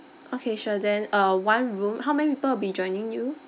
okay sure then uh one room how many people will be joining you